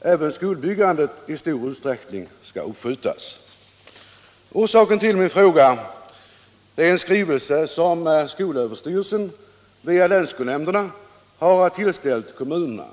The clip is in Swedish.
även skolbyggandet i stor utsträckning skall uppskjutas i samband med att man vidtar ekonomiska åtstramningsåtgärder. Och orsaken till min fråga är just en skrivelse som skolöverstyrelsen via länsskolnämnderna har tillställt kommunerna.